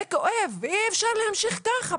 זה כואב, ואי אפשר להמשיך ככה.